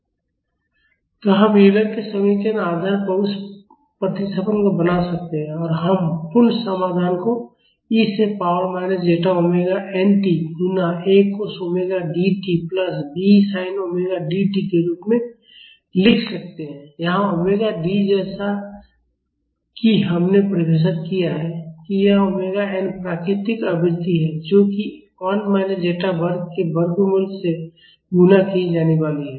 तो हम यूलर के समीकरण के आधार पर उस प्रतिस्थापन को बना सकते हैं और हम पूर्ण समाधान को e से power minus zeta omega n t गुणा A cos omega D t plus B sine omega D t के रूप में लिख सकते हैं यहाँ ओमेगा डी जैसा कि हमने परिभाषित किया है कि यह ओमेगा एन प्राकृतिक आवृत्ति है जो कि 1 माइनस ज़ेटा वर्ग के वर्गमूल से गुणा की जाने वाली है